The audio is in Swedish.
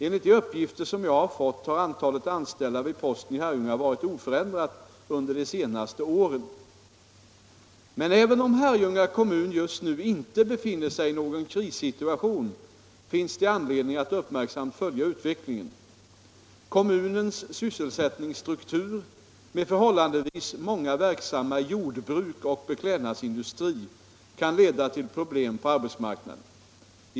Enligt de uppgifter jag fått har antalet anställda vid posten i Herrljunga varit oförändrat under de senaste åren. Men även om Herrljunga kommun just nu inte befinner sig i någon krissituation, finns det anledning att uppmärksamt följa utvecklingen. Nr 110 Kommunens sysselsättningsstruktur med förhållandevis många verksam Tisdagen den ma i jordbruk och beklädnadsindustri kan leda till problem på arbets 27 april 1976 marknaden.